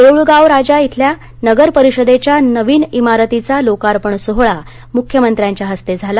देऊळगाव राजा इथल्या नगर परिषदेच्या नवीन इमारतीचा लोकार्पण सोहोळा मुख्यमंत्र्यांच्या हस्ते झाला